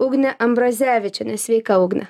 ugnė ambrazevičienė sveika ugne